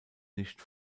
nicht